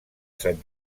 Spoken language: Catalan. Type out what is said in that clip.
sant